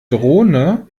drohne